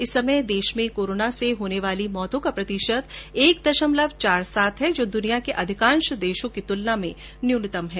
इस समय देश में कोरोना से होने वाली मौतों का प्रतिशत एक दशमलव चार सात है जो दुनिया के अधिकांश देशों की तुलना में न्यूनतम है